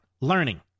learning